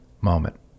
MOMENT